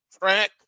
track